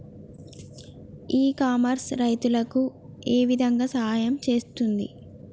ఇ commerce రైతులకు ఏ విధంగా సహాయం చేస్తుంది?